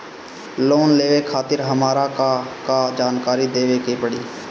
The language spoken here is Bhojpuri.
लोन लेवे खातिर हमार का का जानकारी देवे के पड़ी?